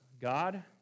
God